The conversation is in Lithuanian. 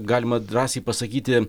galima drąsiai pasakyti